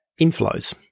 inflows